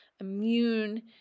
immune